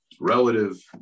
relative